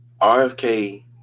RFK